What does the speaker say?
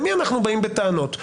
למי אנחנו באים בטענות?